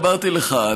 אמרתי לך,